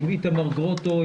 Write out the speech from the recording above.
איתמר גרוטו,